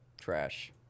Trash